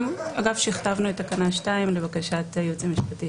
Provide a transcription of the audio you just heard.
גם שכתבנו תקנה 2 לבקשת הייעוץ המשפטי.